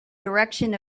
direction